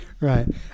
Right